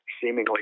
seemingly